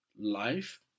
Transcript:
life